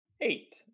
eight